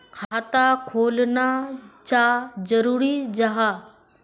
खाता खोलना चाँ जरुरी जाहा?